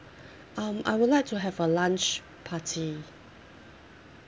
um I would like to have a lunch party